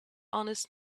honest